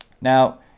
now